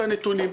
את הנתונים.